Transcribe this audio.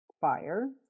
fire